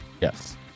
Yes